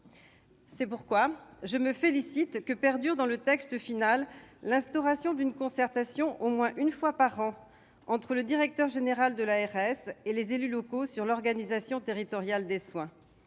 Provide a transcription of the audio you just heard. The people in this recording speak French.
C'est pourquoi je me félicite de ce que perdure dans le texte final l'instauration d'une concertation au moins une fois par an entre le directeur général de l'ARS et les élus locaux sur l'organisation territoriale des soins.